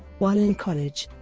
while in college,